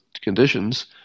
conditions